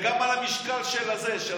זה גם על המשקל של החד-פעמי.